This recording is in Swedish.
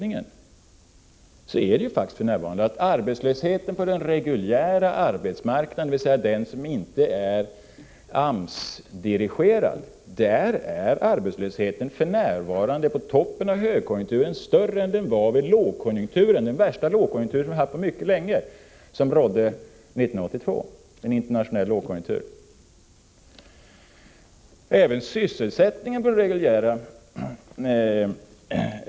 I fråga om arbetslösheten på den reguljära arbetsmarknaden — det vill säga den som inte är AMS-dirigerad — förhåller det sig faktiskt så att arbetslösheten, på toppen av högkonjunkturen, är större än den var under den värsta lågkonjunktur som vi haft på mycket länge — en internationell lågkonjunktur som rådde 1982.